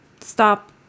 stop